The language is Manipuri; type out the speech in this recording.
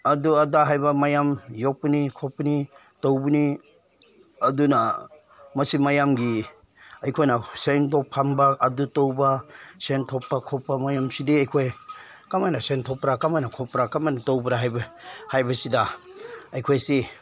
ꯑꯗꯨ ꯑꯗꯥ ꯍꯥꯏꯕ ꯃꯌꯥꯝ ꯌꯣꯛꯄꯅꯤ ꯈꯣꯠꯄꯅꯤ ꯇꯧꯕꯅꯤ ꯑꯗꯨꯅ ꯃꯁꯤ ꯃꯌꯥꯝꯒꯤ ꯑꯩꯈꯣꯏꯅ ꯁꯦꯟꯗꯣꯡ ꯐꯪꯕ ꯑꯗꯨ ꯇꯧꯕ ꯁꯦꯟ ꯊꯣꯛꯄ ꯈꯣꯠꯄ ꯃꯌꯥꯝꯁꯤꯗꯤ ꯑꯩꯈꯣꯏ ꯀꯃꯥꯏꯅ ꯁꯦꯟ ꯊꯣꯛꯄ꯭ꯔꯥ ꯀꯃꯥꯏꯅ ꯈꯣꯠꯄ꯭ꯔꯥ ꯀꯃꯥꯏꯅ ꯇꯧꯕ꯭ꯔꯥ ꯍꯥꯏꯕ ꯍꯥꯏꯕꯁꯤꯗ ꯑꯩꯈꯣꯏꯁꯤ